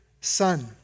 son